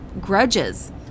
grudges